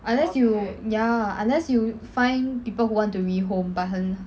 unless you ya unless you find people who want to re-home but 很